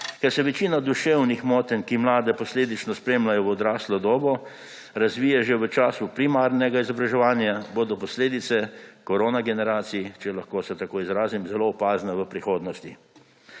Ker se večina duševnih motenj, ki mlade posledično spremljajo v odraslo dobo, razvije že v času primarnega izobraževanja, bodo posledice koronageneracije, če se lahko tako izrazim, zelo opazne v prihodnosti.